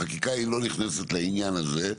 החקיקה לא נכנסת לעניין הזה.